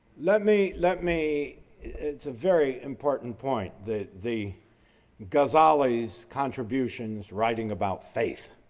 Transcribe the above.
let me let me it's a very important point that the ghazali's contributions writing about faith.